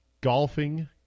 Golfing